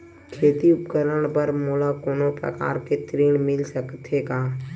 खेती उपकरण बर मोला कोनो प्रकार के ऋण मिल सकथे का?